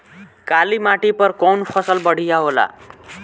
काली माटी पर कउन फसल बढ़िया होला?